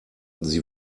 sie